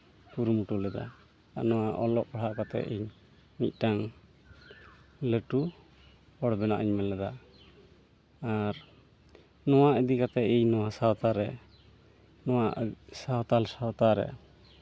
ᱠᱩᱨᱩᱢᱩᱴᱩ ᱞᱮᱫᱟ ᱟᱨ ᱱᱚᱣᱟ ᱚᱞᱚᱜ ᱯᱟᱲᱦᱟᱜ ᱠᱟᱛᱮᱫ ᱤᱧ ᱢᱤᱫᱴᱟᱱ ᱞᱟᱹᱴᱩ ᱦᱚᱲ ᱵᱮᱱᱟᱜ ᱤᱧ ᱢᱮᱱ ᱞᱮᱫᱟ ᱟᱨ ᱱᱚᱣᱟ ᱤᱫᱤ ᱠᱟᱛᱮᱫ ᱤᱧ ᱱᱚᱣᱟ ᱥᱟᱶᱛᱟ ᱨᱮ ᱱᱚᱣᱟ ᱥᱟᱶᱛᱟᱞ ᱥᱟᱶᱛᱟ ᱨᱮ